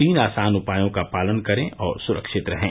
तीन आसान उपायों का पालन करें और सुरक्षित रहें